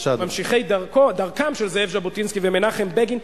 ממשיכי דרכם של זאב ז'בוטינסקי ומנחם בגין,